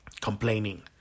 complaining